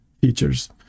features